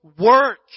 work